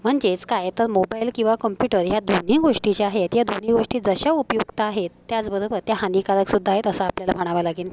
म्हणजेच काय तर मोबाईल किंवा कम्प्युटर ह्या दोन्ही गोष्टी ज्या आहेत ह्या दोन्ही गोष्टी जशा उपयुक्त आहेत त्याचबरोबर त्या हानीकारकसुद्धा आहेत असं आपल्याला म्हणावं लागेल